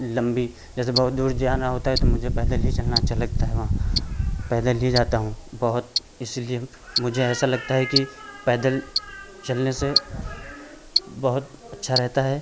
लम्बी जैसे बहुत दूर जाना होता है तो मुझे पैदल ही चलना अच्छा लगता है वहाँ पैदल ही जाता हूँ बहुत इसीलिए मुझे ऐसा लगता है कि पैदल चलने से बहुत अच्छा रहता हैं